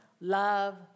love